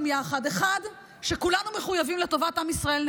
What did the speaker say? יחד: 1. כולנו מחויבים לטובת עם ישראל.